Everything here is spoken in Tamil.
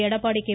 எடப்பாடி கே